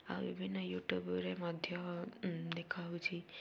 ଆଉ ବିଭିନ୍ନ ୟୁଟ୍ୟୁବରେ ମଧ୍ୟ ଦେଖ ହେଉଛି